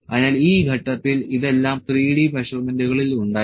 അതിനാൽ ഈ ഘട്ടത്തിൽ ഇതെല്ലാം 3D മെഷർമെന്റുകളിൽ ഉണ്ടായിരുന്നു